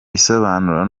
bisobanuro